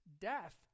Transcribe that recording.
death